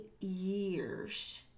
years